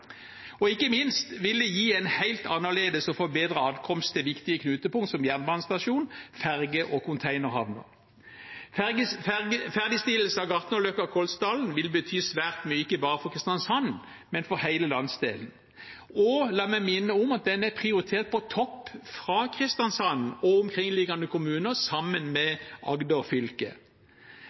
Ikke minst vil det gi en helt annerledes og forbedret adkomst til viktige knutepunkt, som jernbanestasjon, ferge- og containerhavner. Ferdigstillelse av Gartnerløkka–Kolsdalen vil bety svært mye, ikke bare for Kristiansand, men for hele landsdelen. La meg minne om at den er prioritert på topp fra Kristiansand og omkringliggende kommuner, sammen med Agder fylke.